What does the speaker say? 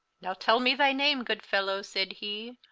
now tell me thy name, good fellowe, sayd he,